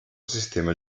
sistema